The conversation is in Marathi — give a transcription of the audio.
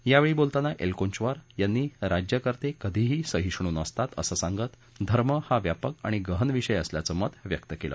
यावेळी बोलतांना एलकृंचवार यांनी राज्यकतें कधीही सहिष्णू नसतात असं सांगत धर्म हा व्यापक आणि गहन विषय असल्याचं मत व्यक्त केलं